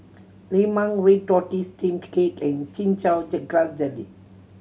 Lemang red tortoise steamed cake and Chin Chow grass jelly